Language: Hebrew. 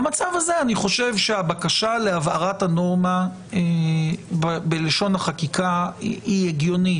במצב הזה אני חושב שהבקשה להבהרת הנורמה בלשון החקיקה היא הגיונית,